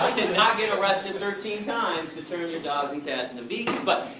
did not get arrested thirteen times to turn your dogs and cats into vegans. but,